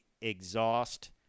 exhaust